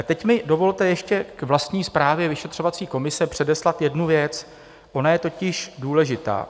Teď mi dovolte ještě k vlastní zprávě vyšetřovací komise předeslat jednu věc, ona je totiž důležitá.